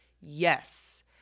Yes